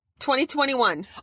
2021